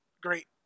great